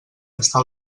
estar